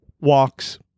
walks